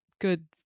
good